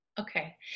Okay